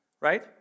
Right